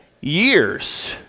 years